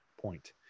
point